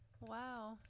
Wow